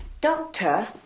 Doctor